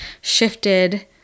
shifted